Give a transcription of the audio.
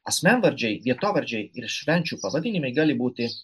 asmenvardžiai vietovardžiai ir švenčių pavadinimai gali būti